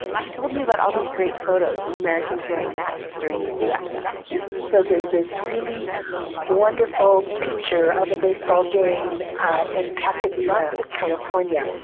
she told me about all these great photos of americans wearing masks during the flu epidemic so there's this really wonderful picture of a baseball game in pasadena, california.